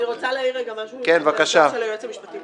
אני רוצה להעיר רגע ליועץ המשפטי.